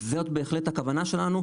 זאת בהחלט הכוונה שלנו,